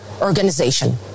organization